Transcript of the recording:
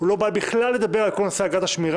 הוא לא בא לדבר בכלל על כל נושא אגרת השמירה,